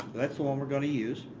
that's the one we're going to use.